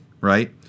right